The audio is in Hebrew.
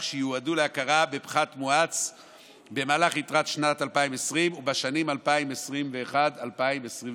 שיועדו להכרה בפחת מואץ במהלך יתרת שנת 2020 ובשנים 2021 ו-2022.